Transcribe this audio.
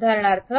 उदाहरणार्थ